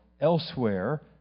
elsewhere